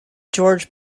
george